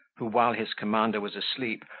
who, while his commander was asleep,